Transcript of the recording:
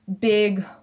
big